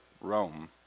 Rome